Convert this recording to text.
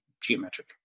geometric